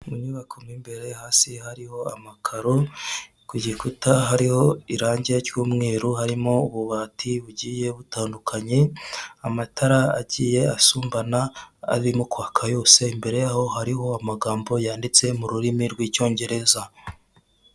Mu nyubako mo imbere hasi hariho amakaro, ku gikuta hariho irangi ry'umweru, harimo ububati bugiye butandukanye, amatara agiye asumbana arimo kwaka yose, imbere yaho hariho amagambo yanditse mu rurimi rw'icyongereza.